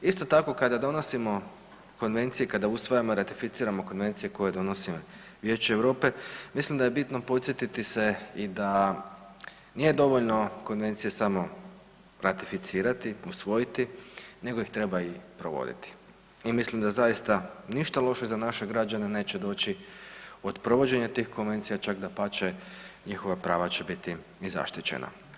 Isto tako, kada donosimo konvencije, kada usvajamo, ratificiramo konvencije koje donosi Vijeće EU, mislim da je bitno podsjetiti se i da nije dovoljno konvencije samo ratificirati, usvojiti, nego ih treba i provoditi i mislim da zaista ništa loše za naše građane neće doći od provođenja tih konvencija, čak dapače, njihova prava će biti i zaštićena.